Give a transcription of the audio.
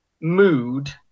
mood